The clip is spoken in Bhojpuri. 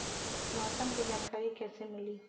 मौसम के जानकारी कैसे मिली?